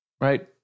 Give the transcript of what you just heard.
right